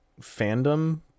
fandom